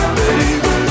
baby